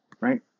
right